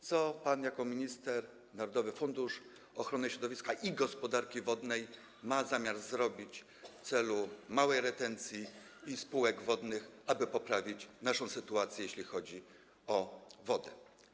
Co pan jako minister, co Narodowy Fundusz Ochrony Środowiska i Gospodarki Wodnej ma zamiar zrobić w zakresie małej retencji i spółek wodnych, aby poprawić nasza sytuację, jeśli chodzi o wodę?